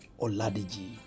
Oladiji